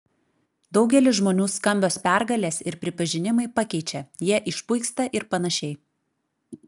daugelį žmonių skambios pergalės ir pripažinimai pakeičia jie išpuiksta ir panašiai